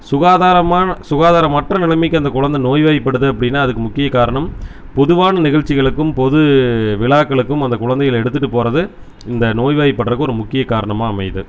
சுகாதாரமான சுகாதாரமற்ற நிலைமைக்கு அந்த குழந்த நோய்வாய்படுது அப்படின்னா அதுக்கு முக்கிய காரணம் பொதுவான நிகழ்ச்சிகளுக்கும் பொது விழாக்களுக்கும் அந்த குழந்தைகளை எடுத்துட்டு போகிறது இந்த நோய்வாய்பட்றதுக்கு ஒரு முக்கிய காரணமாக அமையுது